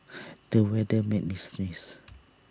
the weather made me sneeze